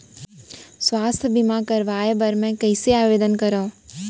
स्वास्थ्य बीमा करवाय बर मैं कइसे आवेदन करव?